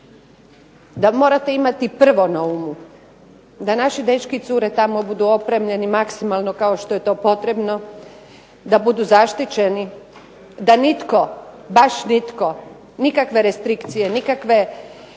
da morate imati prvo na umu da naši dečki i cure tamo budu opremljeni maksimalno kao što je to potrebno, da budu zaštićeni, da nitko, baš nitko nikakve restrikcije, nikakve